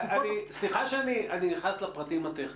סליחה שאני נכנס לפרטים הטכניים.